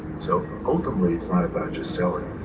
so ultimately it's not about just selling,